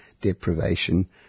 deprivation